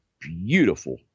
Beautiful